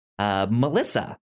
Melissa